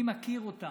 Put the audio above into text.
אני מכיר אותם,